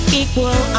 equal